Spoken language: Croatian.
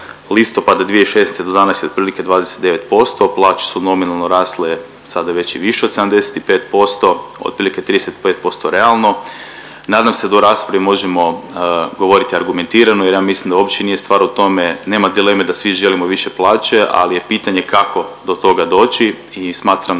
listopada 2006. do danas je otprilike 29%, plaće su nominalno rasle sada već i više od 75%, otprilike 35% realno. Nadam se da u raspravi možemo govoriti argumentirano jer ja mislim da uopće nije stvar u tome, nema dileme da svi želimo više plaće, ali je pitanje kako do toga doći. I smatram da